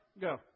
Go